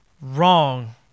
wrong